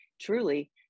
truly